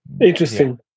Interesting